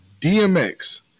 DMX